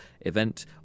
event